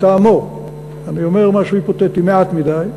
לטעמו, אני אומר משהו היפותטי, מעט מדי.